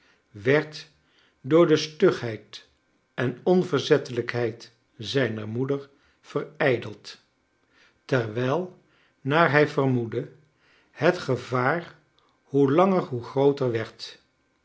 werd door de stngheid en onverzettelijkheid zijner moeder verijdeld terwijl naar hij verrnoedde het gevaar hoe langer hoe grooter werd